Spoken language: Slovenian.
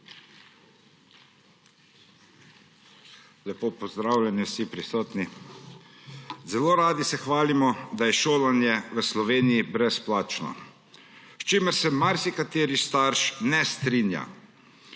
Lepo pozdravljeni vsi prisotni. Zelo radi se hvalimo, da je šolanje v Sloveniji brezplačno, s čimer se marsikateri starš ne strinja.